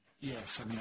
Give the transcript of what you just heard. Yes